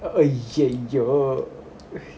ஐயையோ:iyaiyoo